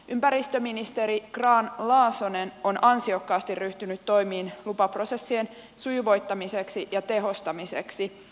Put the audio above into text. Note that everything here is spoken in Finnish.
ympäristöministeri grahn laasonen on ansiokkaasti ryhtynyt toimiin lupaprosessien sujuvoittamiseksi ja tehostamiseksi